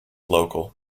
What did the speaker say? local